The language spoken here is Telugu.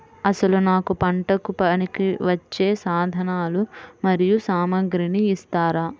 అసలు నాకు పంటకు పనికివచ్చే సాధనాలు మరియు సామగ్రిని ఇస్తారా?